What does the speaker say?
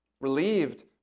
Relieved